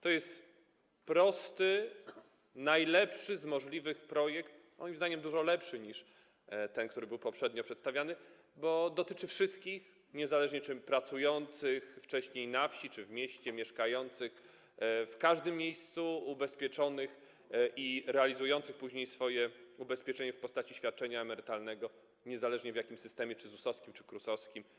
To jest prosty, najlepszy z możliwych projekt, moim zdaniem dużo lepszy niż ten, który był poprzednio przedstawiany, bo dotyczy wszystkich, niezależnie od tego, czy pracowali wcześniej na wsi czy w mieście, mieszkających w każdym miejscu, ubezpieczonych i realizujących później swoje ubezpieczenie w postaci świadczenia emerytalnego, niezależnie od tego, w jakim systemie, czy ZUS-owskim, czy KRUS-owskim.